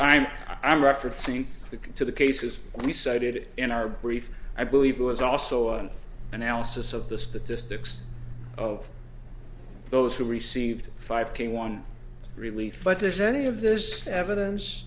i'm i'm referencing to the cases we cited in our brief i believe it was also an analysis of the statistics of those who received five k one relief but there's any of this evidence